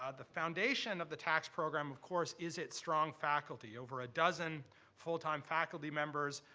ah the foundation of the tax program, of course, is its strong faculty, over a dozen full-time faculty members,